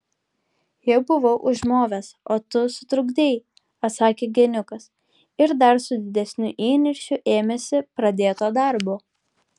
jau buvau užmovęs o tu sutrukdei atsakė geniukas ir dar su didesniu įniršiu ėmėsi pradėto darbo